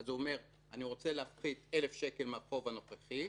הוא אומר: אני רוצה להפחית 1,000 שקל מהחוב הנוכחי,